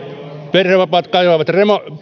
perhevapaat kaipaavat